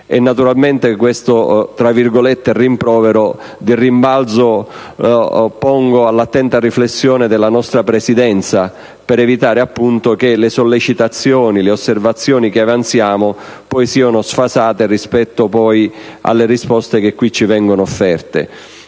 rimbalzo questo «rimprovero» all'attenta riflessione della nostra Presidenza, per evitare che le sollecitazioni e le osservazioni che avanziamo siano poi sfasate rispetto alle risposte che qui ci vengono offerte.